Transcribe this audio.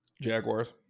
Jaguars